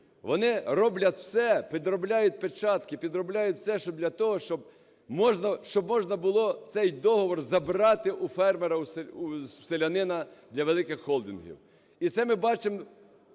вони роблять все – підробляють печатки, підробляють все для того, щоб можна було цей договір забрати у фермера, у селянина для великих холдингів. І це ми бачимо,